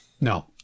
No